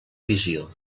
visió